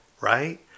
Right